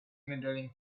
medaling